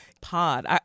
pod